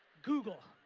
google.